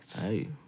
Hey